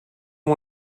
amb